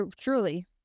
truly